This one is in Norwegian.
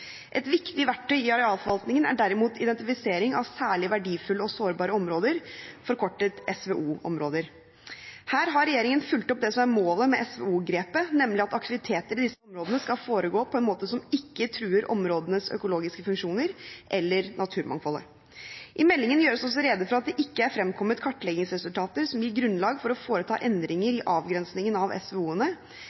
Et viktig verktøy i arealforvaltningen er derimot identifisering av særlig verdifulle og sårbare områder, forkortet SVO-områder. Her har regjeringen fulgt opp det som er målet med SVO-grepet, nemlig at aktiviteter i disse områdene skal foregå på en måte som ikke truer områdenes økologiske funksjoner eller naturmangfoldet. I meldingen gjøres det også rede for at det ikke er fremkommet kartleggingsresultater som gir grunnlag for å foreta endringer i avgrensingen av